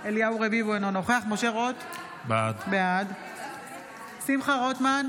אליהו רביבו, אינו נוכח משה רוט, בעד שמחה רוטמן,